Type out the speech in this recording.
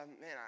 man